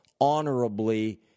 honorably